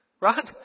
Right